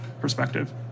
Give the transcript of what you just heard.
perspective